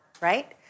right